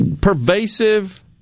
pervasive